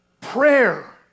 Prayer